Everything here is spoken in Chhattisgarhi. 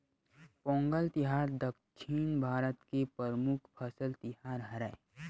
पोंगल तिहार दक्छिन भारत के परमुख फसल तिहार हरय